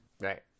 Right